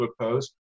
post